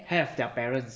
have their parents